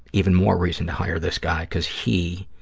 even more reason to hire this guy because he,